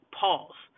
pause